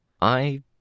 I